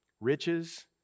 Riches